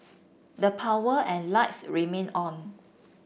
the power and lights remained on